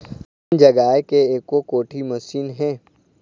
धान जगाए के एको कोठी मशीन हे?